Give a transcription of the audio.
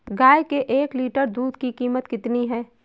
गाय के एक लीटर दूध की कीमत कितनी है?